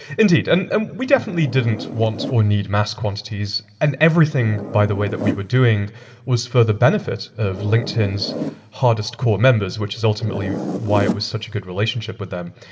indeed and and we definitely didnaeurt want or need mass quantities. and everything, by the way, that we were doing was for the benefit of linkedinaeurs hardest core members, which is ultimately why it was such a good relationship with them.